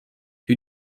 who